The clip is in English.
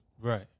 Right